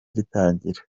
ritangira